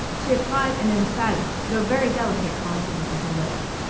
she applied an emphatic though very delicate contour to her lips.